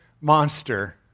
monster